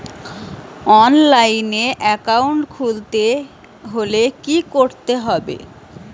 অনলাইনে একাউন্ট খুলতে হলে কি করতে হবে?